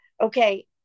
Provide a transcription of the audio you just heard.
okay